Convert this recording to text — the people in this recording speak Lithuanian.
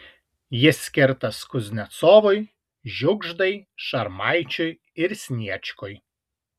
jis skirtas kuznecovui žiugždai šarmaičiui ir sniečkui